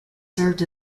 served